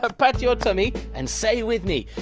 ah pat your tummy and say with me.